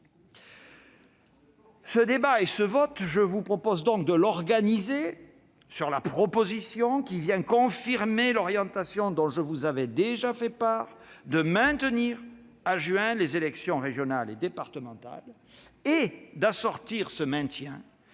Ce débat et ce vote, je vous propose donc de les organiser sur la proposition, confirmant l'orientation dont je vous avais déjà fait part, de maintenir au mois de juin les élections régionales et départementales et d'assortir ce maintien